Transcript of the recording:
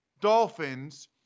Dolphins